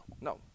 No